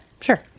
sure